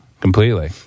completely